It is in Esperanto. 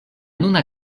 nuna